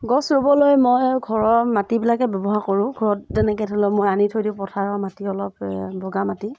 গছ ৰুবলৈ মই ঘৰৰ মাটিবিলাকেই ব্যৱহাৰ কৰোঁ ঘৰত যেনেকে ধৰি লওক মই আনি থৈ দিওঁ পথাৰৰ মাটি অলপ বগা মাটি